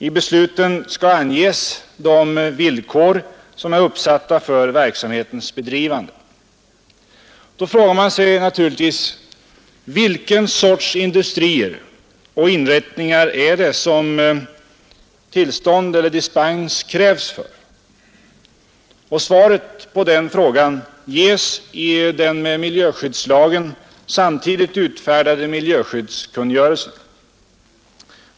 I besluten skall anges de villkor som är uppsatta för verksamhetens bedrivande. Då frågar man sig naturligtvis: För vilken sorts industrier och inrättningar krävs tillstånd eller dispens? Svaret på den frågan ges i den med miljöskyddslagen samtidigt utfärdade miljöskyddskungörelsen.